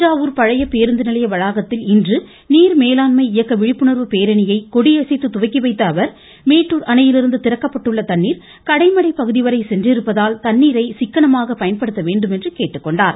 தஞ்சாவூர் பழைய பேருந்து நிலைய வளாகத்தில் இன்று நீர்மேலாண்மை இயக்க விழிப்புணர்வு பேரணியை இன்று கொடியசைத்து துவக்கிவைத்த அவர் திறக்கப்பட்டுள்ள தண்ணிர் கடைமடை பகுதி வரை சென்றிருப்பதால் தண்ணீரை சிக்கனமாக பயன்படுத்த வேண்டும் என்று கேட்டுக்கொண்டார்